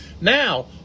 Now